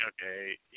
okay